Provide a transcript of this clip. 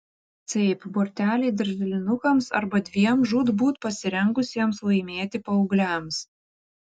taip borteliai darželinukams arba dviem žūtbūt pasirengusiems laimėti paaugliams